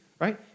right